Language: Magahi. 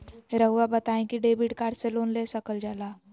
रहुआ बताइं कि डेबिट कार्ड से लोन ले सकल जाला?